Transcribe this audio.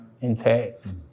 intact